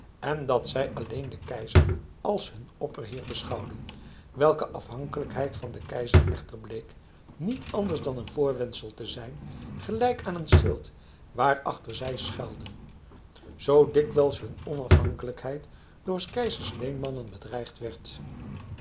en dat zij alleen den keizer als hun opperheer beschouwden welke afhankelijkheid van den keizer echter bleek niet anders dan een voorwendsel te zijn gelijk aan een schild waarachter zij schuilden zoo dikwijls hun onafhankelijkheid door s keizers leenmannen bedreigd werd